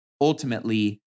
ultimately